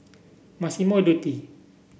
Massimo Dutti